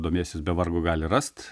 domėsis be vargo gali rast